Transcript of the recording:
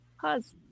pause